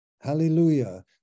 Hallelujah